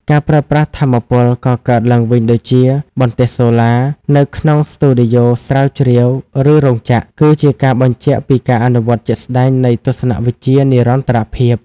ការប្រើប្រាស់ថាមពលកកើតឡើងវិញដូចជា បន្ទះសូឡា នៅក្នុងស្ទូឌីយ៉ូស្រាវជ្រាវ ឬរោងចក្រ គឺជាការបញ្ជាក់ពីការអនុវត្តជាក់ស្ដែងនៃទស្សនវិជ្ជានិរន្តរភាព។